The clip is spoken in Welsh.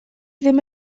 ddim